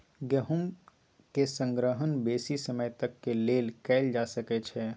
गेहूम के संग्रहण बेशी समय तक के लेल कएल जा सकै छइ